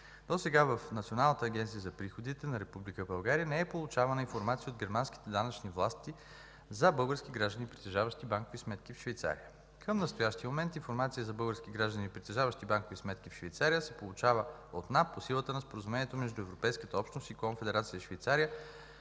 Досега в Националната агенция за приходите на Република България не е получавана информация от германските данъчни власти за български граждани, притежаващи банкови сметки в Швейцария. Към настоящия момент информация за български граждани, притежаващи банкови сметки в Швейцария, се получава от НАП по силата на Споразумението между Европейската общност и Конфедерация Швейцария